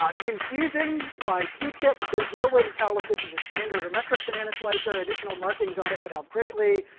ah confusing by q-tip there's no way to tell if this is a standard or metric banana slicer. additional markings on it would help greatly.